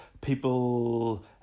people